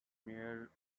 mayor